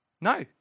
No